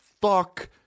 fuck